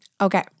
Okay